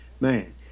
man